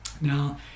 now